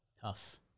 Tough